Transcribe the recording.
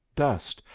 dust,